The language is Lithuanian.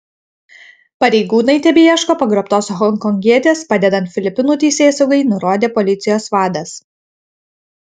pareigūnai tebeieško pagrobtos honkongietės padedant filipinų teisėsaugai nurodė policijos vadas